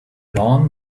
lawn